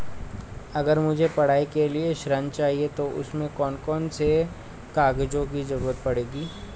अगर मुझे पढ़ाई के लिए ऋण चाहिए तो उसमें कौन कौन से कागजों की जरूरत पड़ेगी?